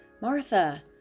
Martha